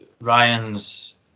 Ryan's